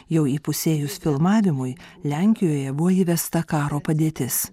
jau įpusėjus filmavimui lenkijoje buvo įvesta karo padėtis